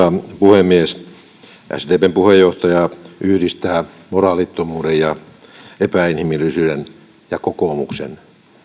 puhemies sdpn puheenjohtaja yhdistää moraalittomuuden ja epäinhimillisyyden ja kokoomuksen